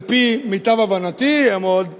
על-פי מיטב הבנתי הם עוד הועילו,